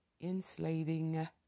enslaving